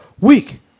week